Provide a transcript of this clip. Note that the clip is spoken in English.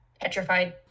petrified